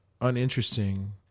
uninteresting